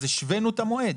אז השווינו את המועד.